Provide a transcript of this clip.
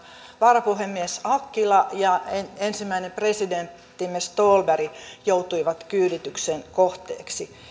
varapuhemies hakkila ja ensimmäinen presidenttimme ståhlberg joutuivat kyydityksen kohteiksi